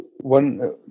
one